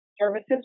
services